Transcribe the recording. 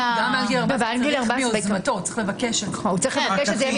הוא צריך לבקש את זה.